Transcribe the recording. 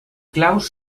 claus